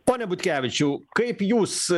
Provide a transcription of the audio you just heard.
pone butkevičiau kaip jūs